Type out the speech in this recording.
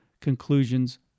conclusions